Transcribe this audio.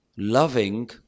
Loving